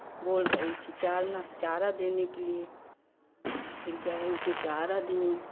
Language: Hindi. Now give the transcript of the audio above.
बोल रही थी चालना चारा देने के लिए फिर गए उसे चारा दिए